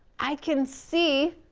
i can see,